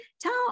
tell